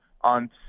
on